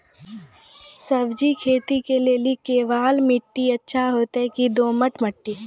सब्जी खेती के लेली केवाल माटी अच्छा होते की दोमट माटी?